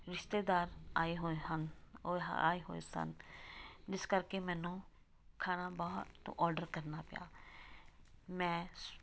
ਰਿਸ਼ਤੇਦਾਰ ਆਏ ਹੋਏ ਹਨ ਔ ਆਏ ਹੋਏ ਸਨ ਜਿਸ ਕਰਕੇ ਮੈਨੂੰ ਖਾਣਾ ਬਾਹਰ ਤੋਂ ਆਰਡਰ ਕਰਨਾ ਪਿਆ ਮੈਂ